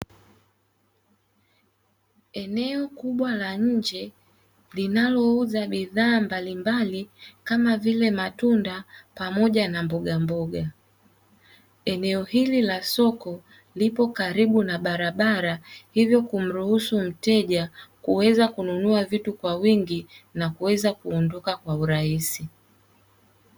Eneo kubwa la nje linalouza bidhaa mbalimbali kama vile matunda pamoja na mbogamboga. Eneo hili la soko lipo karibu na barabara, hivyo kumruhusu mteja kuweza kununua vitu kwa wingi na kuweza kuondoka kwa urahisi.